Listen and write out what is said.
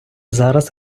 зараз